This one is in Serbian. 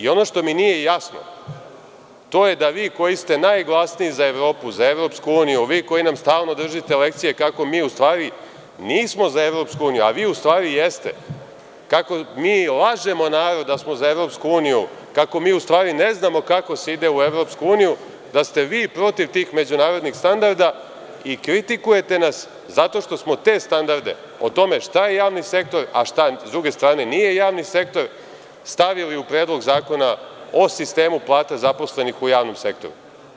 Ono što mi nije jasno, to je da vi koji ste najglasniji za Evropu, za EU, vi koji nam stalno držite lekcije kako mi u stvari nismo za EU, a vi u stvari jeste, kako mi lažemo narod da smo za EU, kako mi u stvari ne znamo kako se ide u EU, da ste vi protiv tih međunarodnih standarda i kritikujete nas zato što smo te standarde o tome šta je javni sektor, a šta s druge strane nije javni sektor, stavili u Predlog zakona o sistemu plata zaposlenih u javnom sektoru.